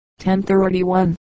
1031